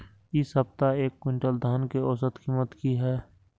इ सप्ताह एक क्विंटल धान के औसत कीमत की हय?